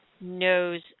knows